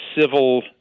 civil